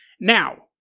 Now